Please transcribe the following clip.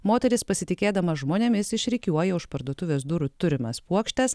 moteris pasitikėdamas žmonėmis išrikiuoja už parduotuvės durų turimas puokštes